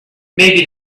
maybe